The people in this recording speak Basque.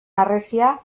harresia